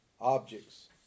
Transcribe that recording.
objects